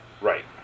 Right